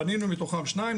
בנינו מתוכה שניים,